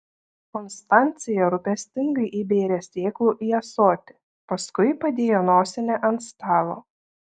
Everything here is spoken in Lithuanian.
konstancija rūpestingai įbėrė sėklų į ąsotį paskui padėjo nosinę ant stalo